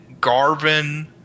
Garvin